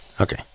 Okay